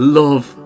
love